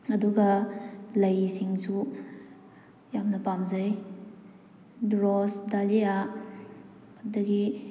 ꯑꯗꯨꯒ ꯂꯩꯁꯤꯡꯁꯨ ꯌꯥꯝꯅ ꯄꯥꯝꯖꯩ ꯔꯣꯁ ꯗꯥꯂꯤꯌꯥ ꯑꯗꯒꯤ